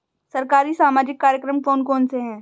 सरकारी सामाजिक कार्यक्रम कौन कौन से हैं?